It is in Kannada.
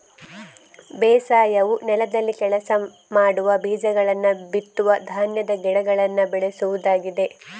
ಬೇಸಾಯವು ನೆಲದಲ್ಲಿ ಕೆಲಸ ಮಾಡುವ, ಬೀಜಗಳನ್ನ ಬಿತ್ತುವ ಧಾನ್ಯದ ಗಿಡಗಳನ್ನ ಬೆಳೆಸುವುದಾಗಿದೆ